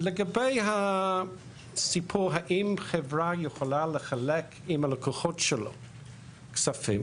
לגבי הסיפור האם חברה יכולה לחלק עם הלקוחות שלה כספים?